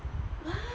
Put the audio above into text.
what